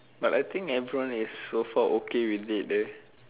but I think everyone is so far okay with it eh